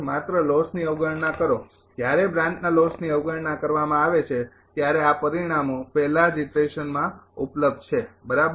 માત્ર લોસની અવગણના કરો જ્યારે બ્રાન્ચના લોસની અવગણના કરવામાં આવે છે ત્યારે આ પરિણામો પહેલા જ ઈટરેશનમાં ઉપલબ્ધ છે બરાબર